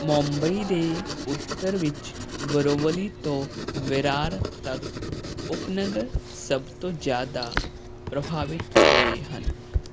ਮੁੰਬਈ ਦੇ ਉੱਤਰ ਵਿੱਚ ਬੋਰੀਵਲੀ ਤੋਂ ਵਿਰਾਰ ਤੱਕ ਉਪਨਗਰ ਸਭ ਤੋਂ ਜ਼ਿਆਦਾ ਪ੍ਰਭਾਵਿਤ ਹੋਏ ਹਨ